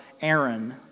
Aaron